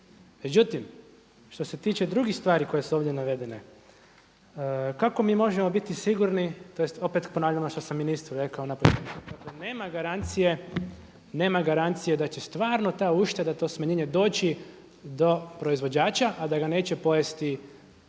Međutim, što se tiče drugih stvari koje su ovdje navedene, kako mi možemo biti sigurni tj. opet ponavljam ono što sam i ministru rekao … dakle nema garancije da će stvarno ta ušteda, to smanjenje doći do proizvođača, a da ga neće pojesti